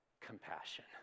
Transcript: compassion